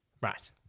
Right